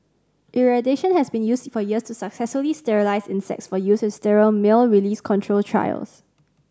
irradiation has been used for years to successfully sterilise insects for use in sterile male release control trials